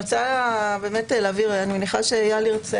עו"ד זנדברג, בבקשה.